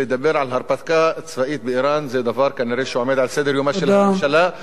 לדבר על הרפתקה צבאית באירן זה דבר שכנראה עומד על סדר-יומה של הממשלה.